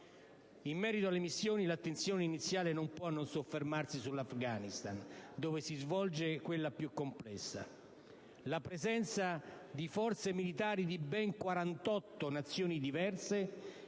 In merito alle missioni, l'attenzione iniziale non può non soffermarsi sull'Afghanistan, Paese in cui si svolge quella più complessa. La presenza di forze militari di ben 48 Nazioni diverse